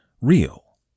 real